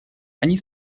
они